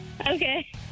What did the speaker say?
Okay